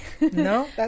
no